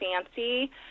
fancy